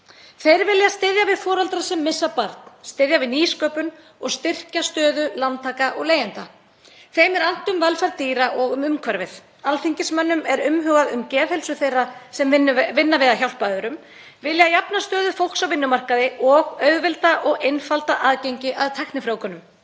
Þeir vilja styðja við foreldra sem missa barn, styðja við nýsköpun og styrkja stöðu lántaka og leigjenda. Þeim er annt um velferð dýra og um umhverfið. Alþingismönnum er umhugað um geðheilsu þeirra sem vinna við að hjálpa öðrum, vilja jafna stöðu fólks á vinnumarkaði og auðvelda og einfalda aðgengi að tæknifrjóvgunum.